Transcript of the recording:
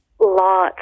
Lots